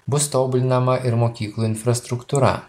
bus tobulinama ir mokyklų infrastruktūra